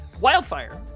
Wildfire